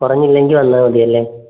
കുറഞ്ഞില്ലെങ്കിൽ വന്നാൽ മതിയല്ലേ